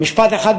משפט אחד,